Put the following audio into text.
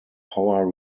power